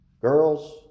girls